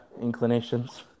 inclinations